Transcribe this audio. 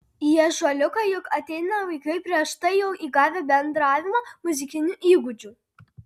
į ąžuoliuką juk ateina vaikai prieš tai jau įgavę bendravimo muzikinių įgūdžių